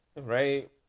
right